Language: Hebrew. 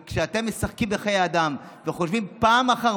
כשאתם משחקים בחיי אדם וחושבים פעם אחר